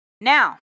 Now